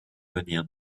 venir